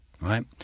right